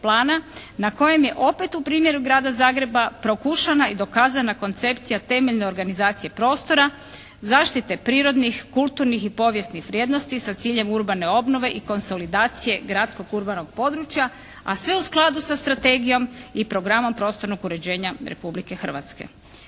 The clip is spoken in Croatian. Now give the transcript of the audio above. na kojem je opet u primjeru Grada Zagreba prokušana i dokazana koncepcija temeljne organizacije prostora, zaštite prirodnih, kulturnih i povijesnih vrijednosti sa ciljem urbane obnove i konsolidacije gradskog urbanog područja, a sve u skladu sa strategijom i programom prostornog uređenja Republike Hrvatske.